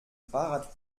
fahrrad